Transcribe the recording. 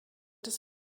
des